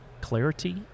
clarity